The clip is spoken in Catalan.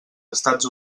estats